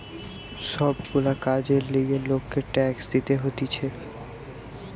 সব গুলা কাজের লিগে লোককে ট্যাক্স দিতে হতিছে